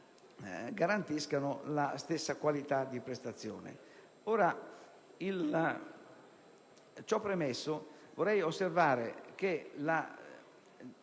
garantiscano la stessa qualità di prestazione